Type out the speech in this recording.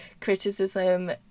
criticism